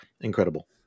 Incredible